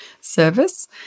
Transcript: service